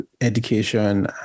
education